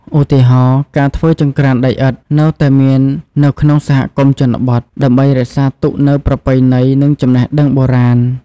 ឧទាហរណ៍ ការធ្វើចង្ក្រានដីឥដ្ឋនៅតែមាននៅក្នុងសហគមន៍ជនបទ ដើម្បីរក្សាទុកនូវប្រពៃណី និងចំណេះដឹងបុរាណ។